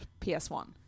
PS1